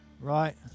Right